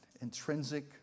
intrinsic